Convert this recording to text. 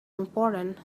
important